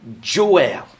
Joel